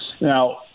Now